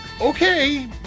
Okay